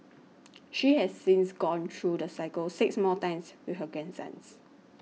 she has since gone through the cycle six more times with her grandsons